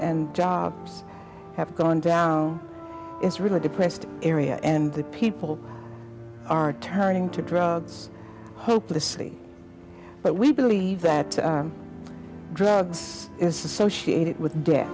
and jobs have gone down is really depressed area and people are turning to drugs hopelessly but we believe that drugs is associated with dea